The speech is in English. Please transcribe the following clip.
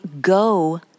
go